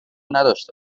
نداشته